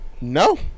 No